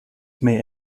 may